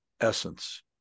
essence